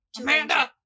Amanda